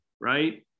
right